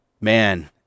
man